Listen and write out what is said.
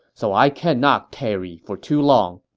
so i cannot tarry for too long.